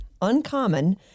uncommon